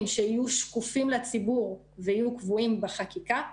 שיהיו שקופים לציבור ויהיו קבועים בחקיקה,